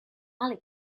alley